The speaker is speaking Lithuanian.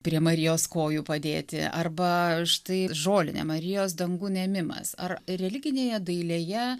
prie marijos kojų padėti arba štai žolinė marijos dangun ėmimas ar religinėje dailėje